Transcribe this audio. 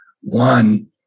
One